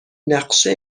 نقشه